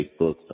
Facebook